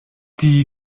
die